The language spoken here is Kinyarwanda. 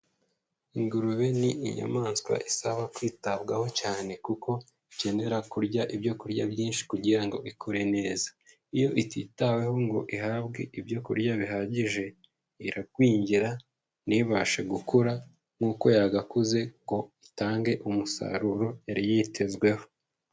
Ingurube ni inyamaswa isaba kwitabwaho cyane, kuko ikenera kurya ibyo kurya byinshi kugira ikure neza, iyo ititaweho ngo ihabwe ibyo kurya bihagije iragwingira ntibashe gukura nk'uko yagakuze ngo itange umusaruro yari yitezweho.